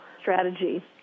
strategy